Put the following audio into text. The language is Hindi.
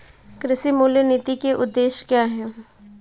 कृषि मूल्य नीति के उद्देश्य क्या है?